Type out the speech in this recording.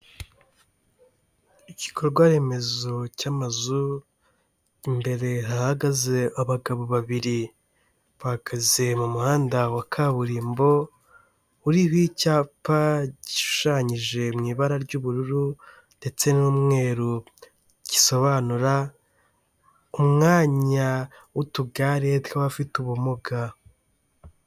Igikorwa remezo cy'amazu imbere hahagaze abagabo babiri, bahagaze mu muhanda wa kaburimbo, uriho icyapa gishushanyije mu ibara ry'ubururu ndetse n'umweru gisobanura umwanya w'utugare tw'abafite ubumuga.